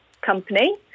company